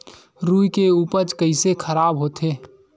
रुई के उपज कइसे खराब होथे?